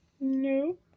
No